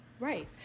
Right